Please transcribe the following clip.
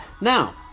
Now